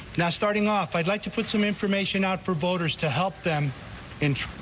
now starting off i'd like to put some information out for voters to help them inch.